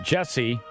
Jesse